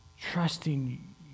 Trusting